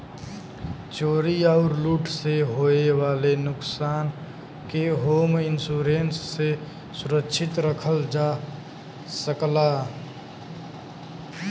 चोरी आउर लूट से होये वाले नुकसान के होम इंश्योरेंस से सुरक्षित रखल जा सकला